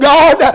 God